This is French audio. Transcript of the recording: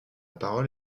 parole